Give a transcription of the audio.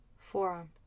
forearm